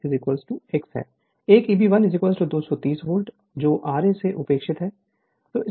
Refer Slide Time 2710 एक Eb1 230 volt जो ra है उपेक्षित है